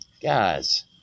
Guys